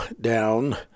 down